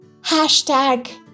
Hashtag